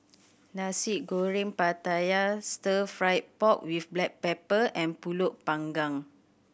Nasi Goreng Pattaya Stir Fried Pork With Black Pepper and Pulut Panggang